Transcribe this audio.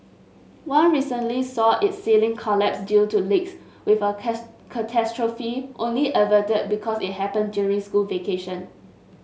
one recently saw its ceiling collapse due to leaks with a catastrophe only averted because it happened during school vacation